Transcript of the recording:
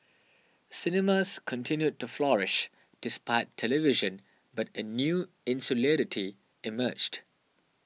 cinemas continued to flourish despite television but a new insularity emerged